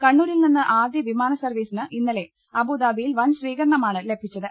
കണ്ണൂരിൽ നിന്ന് ആദ്യ വിമാന സർവീസിന് ഇന്നലെ അബൂദാബിയിൽ വൻ സ്വീകരണമാണ് ലഭിച്ചത്